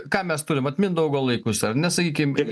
ką mes turim vat mindaugo laikus ar ne sakykim